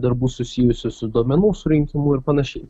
darbų susijusių su duomenų surinkimu ir panašiai